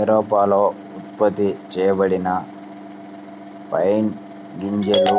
ఐరోపాలో ఉత్పత్తి చేయబడిన పైన్ గింజలు